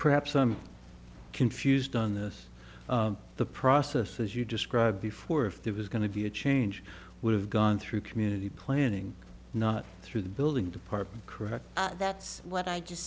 perhaps i'm confused on this the process as you described before if there was going to be a change would have gone through community planning not through the building department correct that's what i just